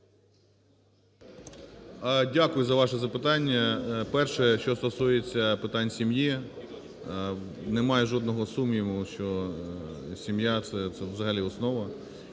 Дякую за ваші запитання. Перше, що стосується питань сім'ї. Немає жодного сумніву, що сім'я – це взагалі основа.